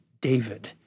David